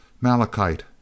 Malachite